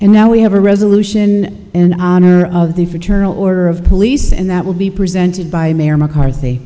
and now we have a resolution and honor of the fraternal order of police and that will be presented by mayor mccarthy